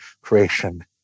creation